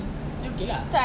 then okay lah